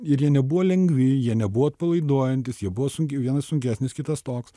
ir jie nebuvo lengvi jie nebuvo atpalaiduojantys jie buvo sunkiai vienas sunkesnis kitas toks